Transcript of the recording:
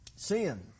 Sin